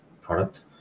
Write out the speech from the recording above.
product